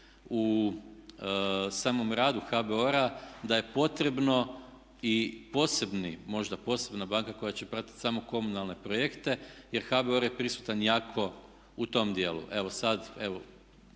u samom radu HBOR-a da je potrebno i posebni, možda posebna banka koja će pratiti samo komunalne projekte jer HBOR je prisutan jako u tom dijelu.